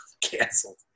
canceled